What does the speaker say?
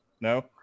No